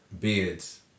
beards